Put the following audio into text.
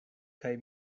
kaj